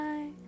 Bye